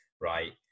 right